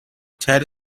ted